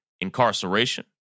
incarceration